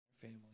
family